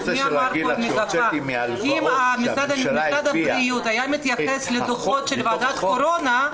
מי אמר פה --- אם משרד הבריאות היה מתייחס לדוחות של ועדת הקורונה,